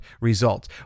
results